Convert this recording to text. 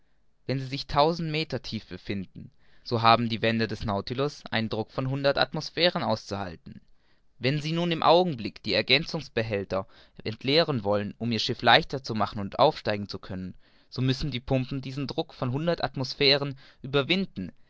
wenn sie sich tausend meter tief befinden so haben die wände des nautilus einen druck von hundert atmosphären auszuhalten wenn sie nun im augenblick die ergänzungsbehälter entleeren wollen um ihr schiff leichter zu machen und aufsteigen zu können so müssen die pumpen diesen druck von hundert atmosphären überwinden